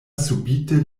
subite